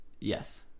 yes